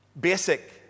basic